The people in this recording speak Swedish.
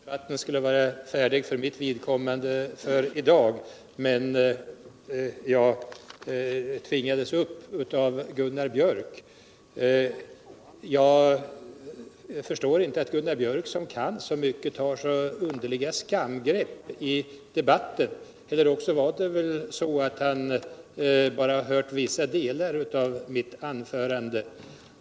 Herr talman! Jag trodde att försvarsdebatten skulle vara färdig för mitt vidkommande i dag, men jag tvingas upp av Gunnar Björk i Gävle. Jag förstår inte att Gunnar Björk som kan så mycket tar så underliga skampgrepp i debatten, eller var det så att han bara hörde vissa delar av mitt anförande?